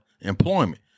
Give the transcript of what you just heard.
employment